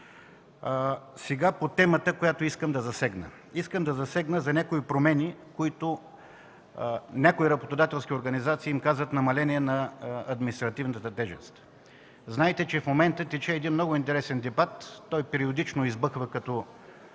Сега по темата, която искам да засегна. Това са промени, които някои работодателски организации наричат „намаление на административната тежест”. Знаете, че в момента тече много интересен дебат, който периодично избухва, като